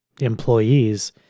employees